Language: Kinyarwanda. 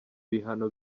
bihano